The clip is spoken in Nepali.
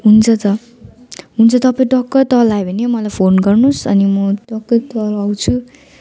हुन्छ त हुन्छ तपाईँ टक्क तल आयो भने मलाई फोन गर्नु होस् अनि म टक्कै तल आउँछु